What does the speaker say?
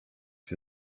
się